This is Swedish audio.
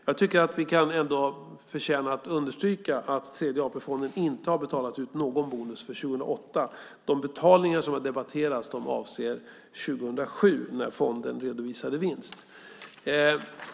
Jag tycker att det ändå förtjänar att understrykas att Tredje AP-fonden inte har betalat ut någon bonus för 2008. De betalningar som har debatterats avser 2007, när fonden redovisade vinst.